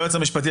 היועץ המשפטי,